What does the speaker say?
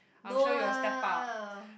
no lah